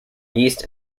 yeast